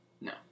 No